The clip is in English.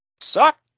Suck